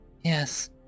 Yes